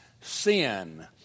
sin